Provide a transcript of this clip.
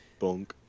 bonk